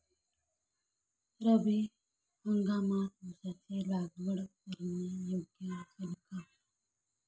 रब्बी हंगामात ऊसाची लागवड करणे योग्य असेल का?